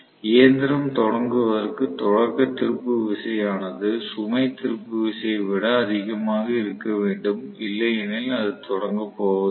இயந்திரம் தொடங்குவதற்கு தொடக்க திருப்பு விசையானது சுமை திருப்பு விசையை விட அதிகமாக இருக்க வேண்டும் இல்லையெனில் அது தொடங்கப் போவதில்லை